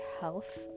health